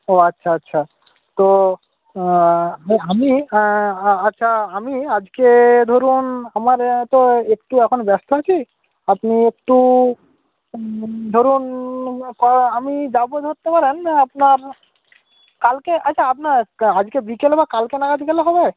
ও আচ্ছা আচ্ছা তো আমি আচ্ছা আমি আজকে ধরুন আমার তো একটু এখন ব্যস্ত আছি আপনি একটু ধরুন আমি যাব ধরতে পারেন আপনার কালকে আচ্ছা আপনার আজকে বিকেলে বা কালকে নাগাদ গেলে হবে